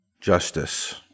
justice